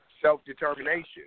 self-determination